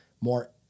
more